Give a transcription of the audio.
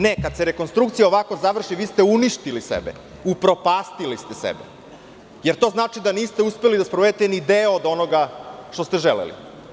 Ne, kad se rekonstrukcija ovako završi, vi ste uništili sebe, upropastili ste sebe, jer to znači da niste uspeli da sprovedete ni deo od onoga što ste želeli.